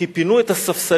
כי פינו את הספסלים,